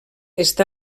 està